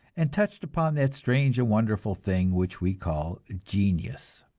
and touched upon that strange and wonderful thing which we call genius.